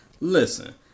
Listen